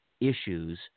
issues